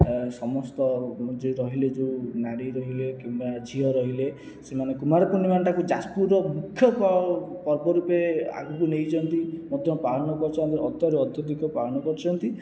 ପ୍ରାୟ ସମସ୍ତ ଯେଉଁ ରହିଲେ ଯେଉଁ ନାରୀ ରହିଲେ କିମ୍ବା ଝିଅ ରହିଲେ ସେମାନେ କୁମାର ପୂର୍ଣ୍ଣିମାଟାକୁ ଯାଜପୁରର ମୁଖ୍ୟ ପର୍ବ ରୂପେ ଆଗକୁ ନେଇଛନ୍ତି ମଧ୍ୟ ପାଳନ କରିଛନ୍ତି ଅତ୍ୟରୁ ଅତ୍ୟଧିକ ପାଳନ କରିଛନ୍ତି